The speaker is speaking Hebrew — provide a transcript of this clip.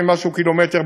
170 ומשהו קילומטר,